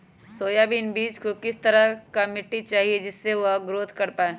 Soybean बीज को किस तरह का मिट्टी चाहिए जिससे वह ग्रोथ कर पाए?